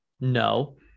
No